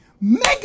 Make